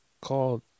called